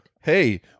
hey